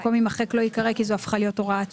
במקום "יימחק" - "לא ייקרא" כי זו הפכה להיות הוראת שעה.